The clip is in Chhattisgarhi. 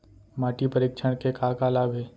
माटी परीक्षण के का का लाभ हे?